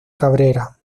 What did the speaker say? cabrera